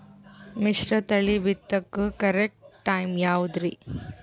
ಮಿಶ್ರತಳಿ ಬಿತ್ತಕು correct time ಯಾವುದರಿ?